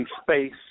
space